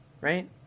Right